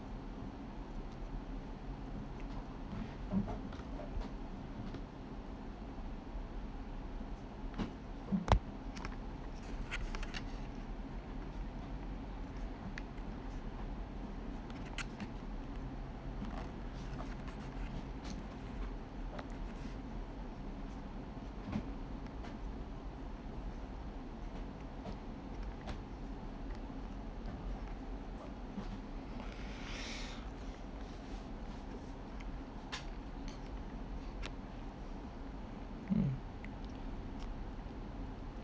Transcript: mm